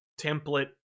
template